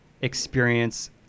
experience